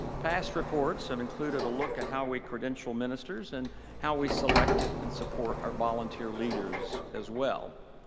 past reports have included a look at how we credential ministers and how we select and support our volunteer leaders as well.